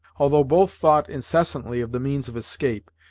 although both thought incessantly of the means of escape,